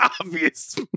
obvious